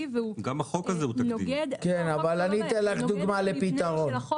והוא נוגד --- אני אתן לך דוגמה לפתרון.